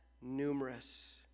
numerous